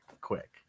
quick